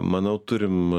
manau turim